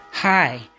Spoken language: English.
Hi